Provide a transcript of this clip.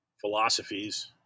philosophies